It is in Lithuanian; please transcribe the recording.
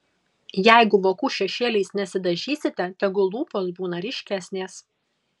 jeigu vokų šešėliais nesidažysite tegul lūpos būna ryškesnės